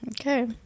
okay